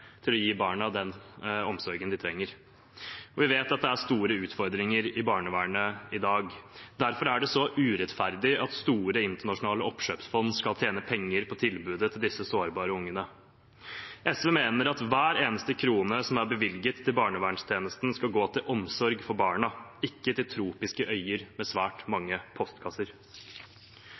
til å gi barna den omsorgen de trenger. Vi vet at det er store utfordringer i barnevernet i dag. Derfor er det så urettferdig at store internasjonale oppkjøpsfond skal tjene penger på tilbudet til disse sårbare ungene. SV mener at hver eneste krone som er bevilget til barnevernstjenesten, skal gå til omsorg for barna, ikke til tropiske øyer med svært mange postkasser.